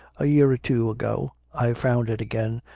a year or two ago i found it again,